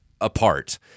apart